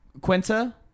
Quinta